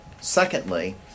Secondly